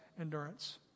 endurance